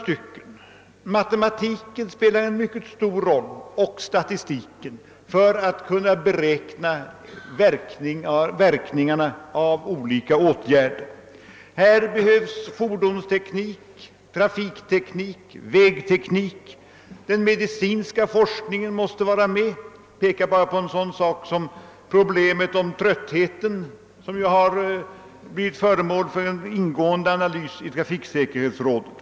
Matematik och statistik spelar mycket stor roll när det gäller att beräkna verkningarna av olika åtgärder. Andra viktiga ämnen är fordonsteknik, trafikteknik och vägteknik. Vidare måste den medicinska forskningen vara med; jag vill bara erinra om trötthetsproblemet, som ju har blivit föremål för en ingående analys i trafiksäkerhetsrådet.